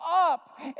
up